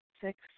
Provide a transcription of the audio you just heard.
Six